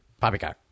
Poppycock